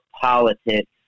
politics